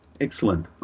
Excellent